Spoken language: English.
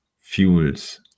fuels